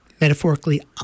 metaphorically